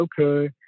okay